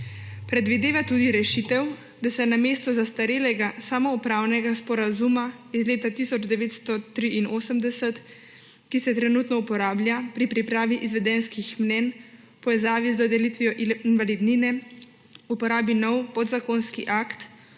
Predvideva tudi rešitev, da se namesto zastarelega samoupravnega sporazuma iz leta 1983, ki se trenutno uporablja pri pripravi izvedenskih mnenj v povezavi z dodelitvijo invalidnine, uporabi nov podzakonski akt